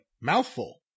mouthful